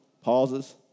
pauses